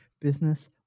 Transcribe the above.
business